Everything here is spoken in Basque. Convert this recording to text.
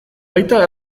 baita